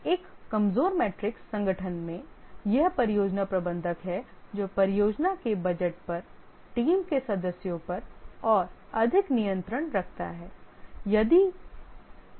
एक कमजोर मैट्रिक्स संगठन में यह परियोजना प्रबंधक है जो परियोजना के बजट पर टीम के सदस्यों पर और अधिक नियंत्रण रखता है